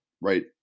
right